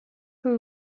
who